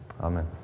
Amen